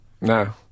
No